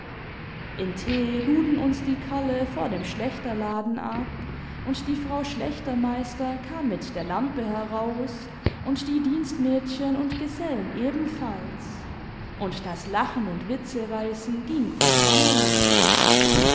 in t luden uns die kerle vor dem schlächterladen ab und die frau schlächtermeister kam mit der lampe heraus und die dienstmädchen imd gesellen ebenfalls und das lachen und witzereißen ging von vorne los